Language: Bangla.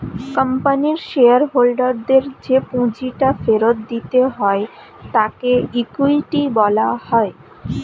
কোম্পানির শেয়ার হোল্ডারদের যে পুঁজিটা ফেরত দিতে হয় তাকে ইকুইটি বলা হয়